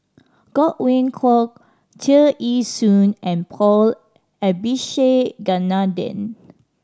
Godwin Koay Tear Ee Soon and Paul Abisheganaden